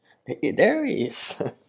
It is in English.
it there is